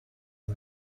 اون